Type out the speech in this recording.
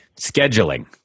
Scheduling